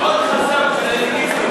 זה עוד חסם של האליטיסטים.